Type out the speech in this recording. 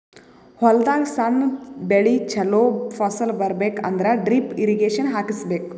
ಹೊಲದಾಗ್ ಸಣ್ಣ ಬೆಳಿ ಚೊಲೋ ಫಸಲ್ ಬರಬೇಕ್ ಅಂದ್ರ ಡ್ರಿಪ್ ಇರ್ರೀಗೇಷನ್ ಹಾಕಿಸ್ಬೇಕ್